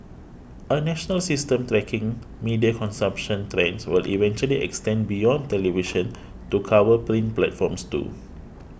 a national system tracking media consumption trends will eventually extend beyond television to cover print platforms too